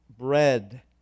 bread